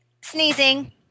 sneezing